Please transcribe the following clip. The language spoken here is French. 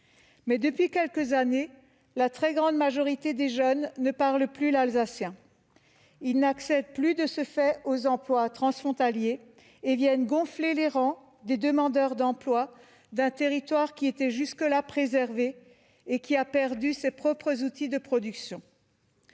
Depuis quelques années, pourtant, la très grande majorité des jeunes ne parlent plus l'alsacien et n'accèdent plus, de ce fait, aux emplois transfrontaliers : ils viennent gonfler les rangs des demandeurs d'emploi d'un territoire jusque-là préservé, et qui a perdu ses propres outils de production.